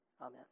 Amen